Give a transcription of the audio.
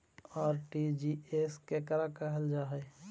RTGS केकरा कहल जा है?